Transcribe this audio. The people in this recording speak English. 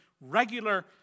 regular